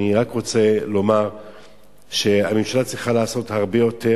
אני רק רוצה לומר שהממשלה צריכה לעשות הרבה יותר,